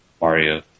Mario